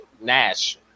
Nash